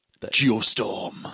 Geostorm